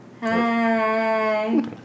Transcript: Hi